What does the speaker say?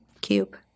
cube